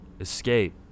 escape